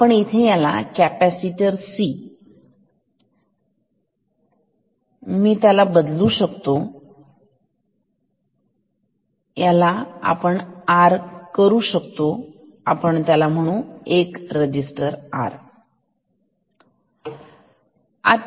आपण इथे याला कॅपॅसिटर C म्हणू शकतो तुम्ही आता याला R म्हणा कारण तिथे एकच रजिस्टर आहे